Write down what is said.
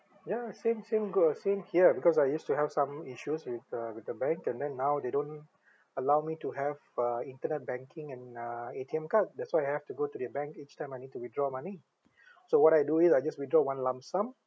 ya same same go same here because I used to have some insurance with the with the bank and then now they don't allow me to have uh internet banking and uh A_T_M card that's why I have to go to their bank each time I need to withdraw money so what I do is I just withdraw one lump sum